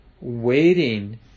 waiting